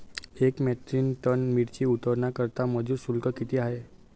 एक metric ton मिरची उतरवण्याकरता मजुर शुल्क किती आहे?